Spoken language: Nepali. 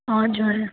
हजुर